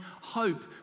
hope